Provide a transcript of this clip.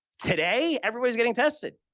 today, everybody's getting tested.